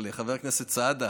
אבל חבר הכנסת סעדה